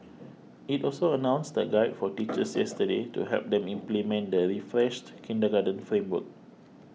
it also announced a guide for teachers yesterday to help them implement the refreshed kindergarten framework